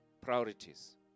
Priorities